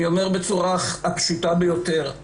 אני אומר בצורה הפשוטה ביותר,